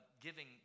giving